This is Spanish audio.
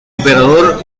emperador